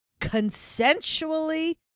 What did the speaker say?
consensually